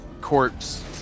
corpse